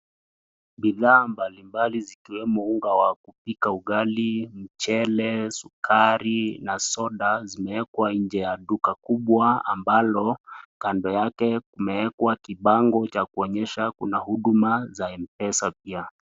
Bidhaa mbalimbali unga wa kupika ugali Mchele sukari na sodas zimewekwa nje ya duka kubwa ambalo kando yake imewekwa kipango cha kuonyesha Kuna huduma za mpesa pia.